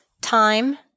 time